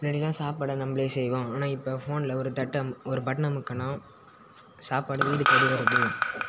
முன்னாடிலாம் சாப்பாடை நம்மளே செய்வோம் ஆனால் இப்போ ஃபோனில் ஒரு தட்டு அம் ஒரு பட்டன் அமிக்குனா சாப்பாடு வீடு தேடி வருது